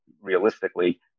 realistically